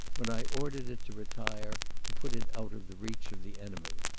when i ordered it to retire, to put it out of the reach of the enemy.